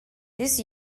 this